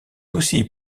aussi